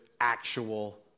actual